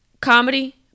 Comedy